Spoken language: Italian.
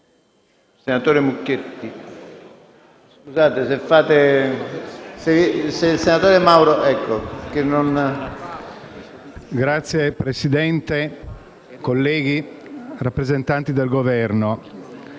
Signor Presidente, colleghi, rappresentanti del Governo,